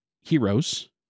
heroes